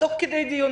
תוך כדי דיון,